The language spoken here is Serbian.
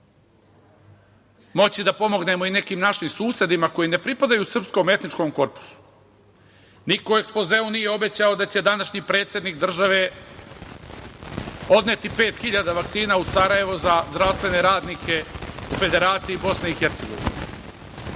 moći da pomognemo i nekim našim susedima koji ne pripadaju srpskom etničkom korpusu. Niko u ekspozeu nije obećao da će današnji predsednik države odneti 5.000 vakcina u Sarajevo za zdravstvene radnike u Federaciji BiH.